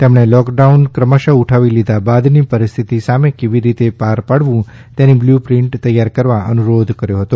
તેમણે લૉકડાઉન ક્રમશઃ ઉઠાવી લીધા બાદની પરિસ્થિતિ સામે કેવી રીતે પાર પાડવું તેની બ્લૂ પ્રિન્ટ તૈયાર કરવા અનુરોધ કર્યો હતો